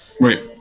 Right